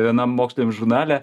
vienam moksliniam žurnale